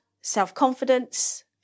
self-confidence